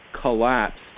collapsed